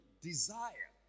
desire